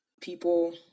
people